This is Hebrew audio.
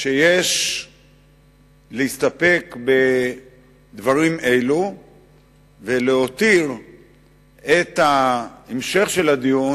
שיש להסתפק בדברים אלה ולהותיר את המשך הדיון